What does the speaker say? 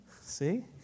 See